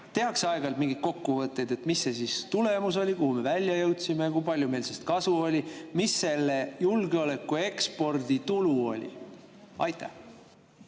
tehakse aeg-ajalt mingeid kokkuvõtteid, mis see tulemus oli, kuhu me välja jõudsime, kui palju meil sellest kasu oli, mis selle julgeoleku ekspordi tulu oli? Hea